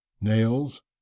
nails